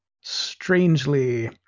strangely